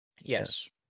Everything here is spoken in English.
Yes